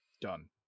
Done